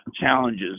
challenges